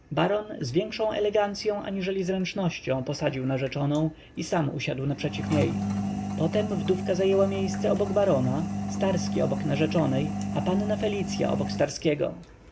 z większą elegancyą aniżeli zręcznością podsadził narzeczoną i sam usiadł naprzeciw niej potem wdówka zajęła miejsce obok barona starski obok narzeczonej a panna felicya obok starskiego